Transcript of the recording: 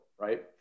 right